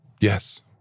Yes